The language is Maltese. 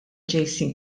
jason